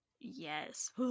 Yes